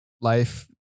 Life